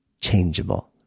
changeable